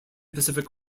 pacific